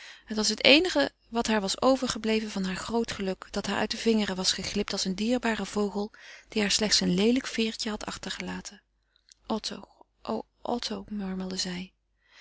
het was het eenige wat haar was overgebleven van haar groot geluk dat haar uit de vingeren was geglipt als een dierbare vogel die haar slechts een leelijk veêrtje had achtergelaten otto o otto murmelde zij